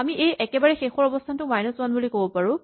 আমি এই একেবাৰে শেষৰ অৱস্হানটোক মাইনাচ ৱান বুলি ক'ব পাৰো